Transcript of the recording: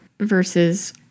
Versus